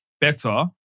Better